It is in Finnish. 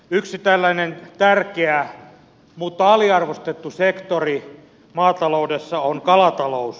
yksi tällainen tärkeä mutta aliarvostettu sektori maataloudessa on kalatalous